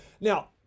Now